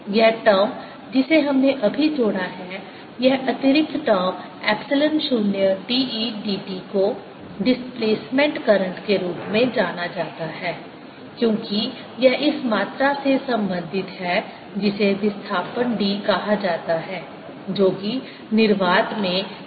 यह टर्म जिसे हमने अभी जोड़ा है इस अतिरिक्त term epsilon 0 d e dt को डिस्प्लेसमेंट करंट के रूप में जाना जाता है क्योंकि यह इस मात्रा से संबंधित है जिसे विस्थापन D कहा जाता है जो कि निर्वात में एप्सिलॉन 0 e है